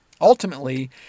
Ultimately